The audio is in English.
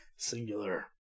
singular